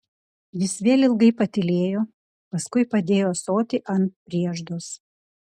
jis vėl ilgai patylėjo paskui padėjo ąsotį ant prieždos